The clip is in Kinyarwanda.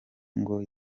ngo